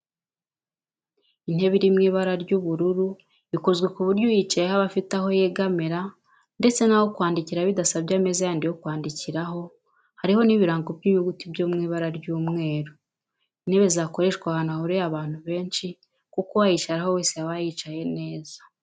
Intebe iri mu ibara ry'ubururu ikozwe ku buryo uyicayeho aba afite aho yegamira, ndetse n'aho kwandikira bidasabye ameza yandi yo kwandikiraho, hariho ibirango by'inyuguti byo mu ibara ry'umweru. Ni intebe zakoreshwa ahantu hahuriye abantu benshi kuko uwayicaraho wese yaba yicaye neza.